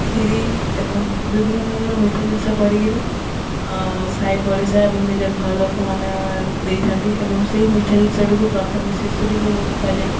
ଖିରି ଏବଂ ବିଭିନ୍ନ ପ୍ରକାର ମିଠା ଜିନିଷ କରିକିରି ସାହି ପଡ଼ିଶା ଏବଂ ନିଜ ଘର ଲୋକମାନେ ଦେଇଥାନ୍ତି ଏବଂ ସେହି ମିଠା ଜିନିଷଟିକୁ ପ୍ରଥମେ ଶିଶୁଟିକୁ ଖୁଆଯାଏ